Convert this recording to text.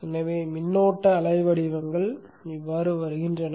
எனவே மின்னோட்ட அலை வடிவங்கள் இப்படித்தான் வருகின்றன